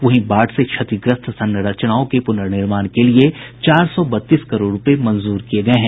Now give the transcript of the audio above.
वहीं बाढ़ से क्षतिग्रस्त संरचनाओं के प्रनर्निर्माण के लिये चार सौ बत्तीस करोड़ रूपये मंजूर किये गये हैं